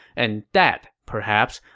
and that, perhaps,